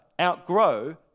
outgrow